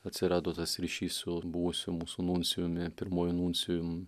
atsirado tas ryšys su buvusiu mūsų nuncijumi pirmuoju nuncijum